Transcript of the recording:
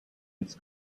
its